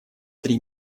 три